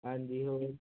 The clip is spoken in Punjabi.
ਹਾਂਜੀ ਹੋ